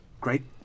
great